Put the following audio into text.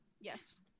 Yes